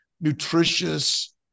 nutritious